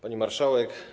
Pani Marszałek!